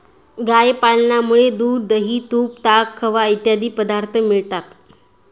गाय पालनामुळे दूध, दही, तूप, ताक, खवा इत्यादी पदार्थ मिळतात